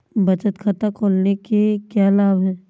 बचत खाता खोलने के क्या लाभ हैं?